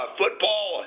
football